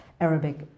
Arabic